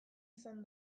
izan